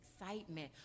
excitement